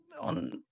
on